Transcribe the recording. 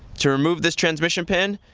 to remove this transmission pin,